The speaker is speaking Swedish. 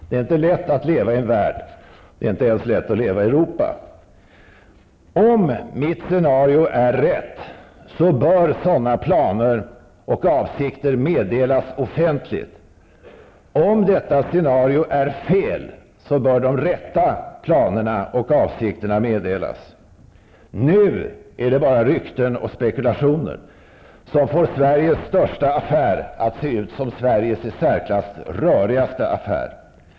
Det är inte lätt att leva i en värld, det är inte ens lätt att leva i Om mitt scenario är rätt så bör sådana planer och avsikter meddelas offentligt. Om mitt scenario är fel så bör de rätta planerna och avsikterna meddelas. Nu är det bara rykten och spekulationer som får Sveriges största affär att se ut som Sveriges i särklass rörigaste affär.